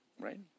Right